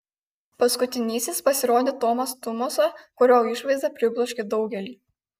paskutinysis pasirodė tomas tumosa kurio išvaizda pribloškė daugelį